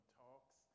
talks